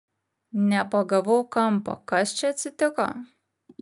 nepagavau kampo kas čia atsitiko